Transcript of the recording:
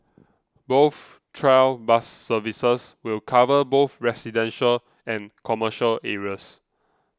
both trial bus services will cover both residential and commercial areas